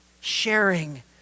sharing